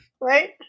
Right